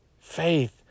faith